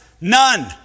None